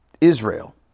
Israel